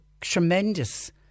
tremendous